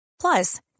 Plus